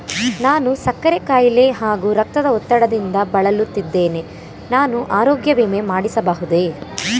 ನಾನು ಸಕ್ಕರೆ ಖಾಯಿಲೆ ಹಾಗೂ ರಕ್ತದ ಒತ್ತಡದಿಂದ ಬಳಲುತ್ತಿದ್ದೇನೆ ನಾನು ಆರೋಗ್ಯ ವಿಮೆ ಮಾಡಿಸಬಹುದೇ?